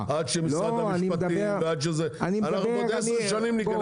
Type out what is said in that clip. אני מקווה שאנחנו בעזרת השם נצא